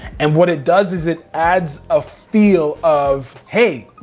and what it does is it adds a feel of, hey,